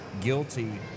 guilty